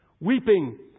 Weeping